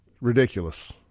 Ridiculous